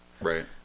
Right